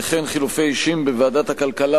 וכן על חילופי אישים בוועדת הכלכלה,